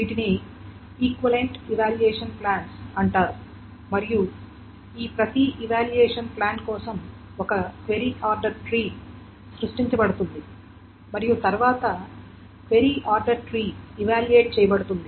వీటిని equivalent evaluation plans అంటారు మరియు ఈ ప్రతి ఇవాల్యూయేషన్ ప్లాన్ కోసం ఒక క్వెరీ ఆర్డర్ ట్రీ సృష్టించబడుతుంది మరియు తరువాత క్వెరీ ఆర్డర్ ట్రీ ఇవాల్యూయేట్ చేయబడుతుంది